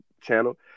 channel